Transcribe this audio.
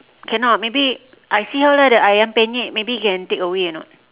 cannot maybe I see how lah the ayam-penyet maybe can takeaway or not